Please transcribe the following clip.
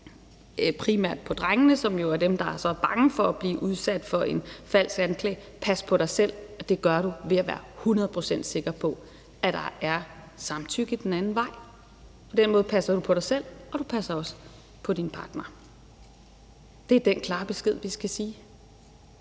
primært på drengene, som jo er dem, der er så bange for at blive udsat for en falsk anklage: Pas på dig selv, og det gør du ved at være hundrede procent sikker på, at der er samtykke den anden vej. På den måde passer du på dig selv, og du passer også på din partner. Det er den klare besked, vi skal give.